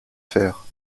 faire